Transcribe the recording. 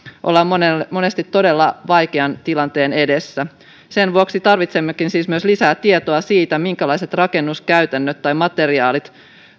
ollaan monesti todella vaikean tilanteen edessä sen vuoksi tarvitsemmekin siis myös lisää tietoa siitä minkälaiset rakennuskäytännöt tai materiaalit